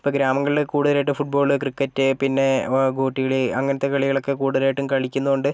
ഇപ്പം ഗ്രാമങ്ങളിൽ കൂടുതലായിട്ട് ഫുട്ബോള് ക്രിക്കറ്റ് പിന്നെ ഗോട്ടികളി അങ്ങനത്തെ കളികളൊക്കെ കൂടുതലായിട്ടും കളിക്കുന്നുണ്ട്